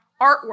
artwork